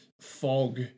fog